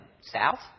south